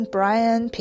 Brian